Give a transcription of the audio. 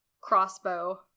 crossbow